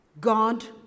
God